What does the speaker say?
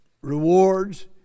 rewards